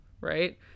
right